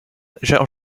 jean